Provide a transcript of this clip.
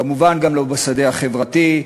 כמובן גם לא בשדה החברתי,